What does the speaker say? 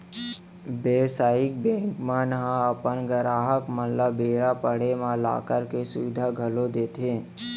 बेवसायिक बेंक मन ह अपन गराहक मन ल बेरा पड़े म लॉकर के सुबिधा घलौ देथे